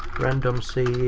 randomseed.